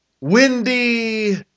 Windy